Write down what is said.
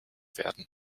werden